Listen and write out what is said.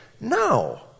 No